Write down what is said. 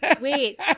Wait